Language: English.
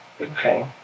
Okay